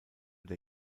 der